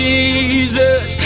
Jesus